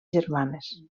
germanes